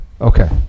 Okay